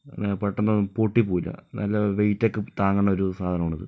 അങ്ങനെ പെട്ടന്നൊന്നും പൊട്ടിപ്പോവില്ല നല്ല വെയിറ്റൊക്കെ താങ്ങുന്ന ഒരു സാധനമാണിത്